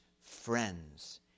friends